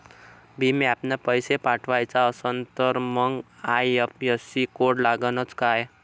भीम ॲपनं पैसे पाठवायचा असन तर मंग आय.एफ.एस.सी कोड लागनच काय?